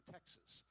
Texas